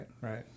Right